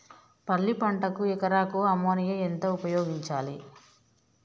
పల్లి పంటకు ఎకరాకు అమోనియా ఎంత ఉపయోగించాలి?